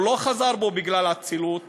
הוא לא חזר בו בגלל אצילות